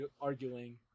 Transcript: arguing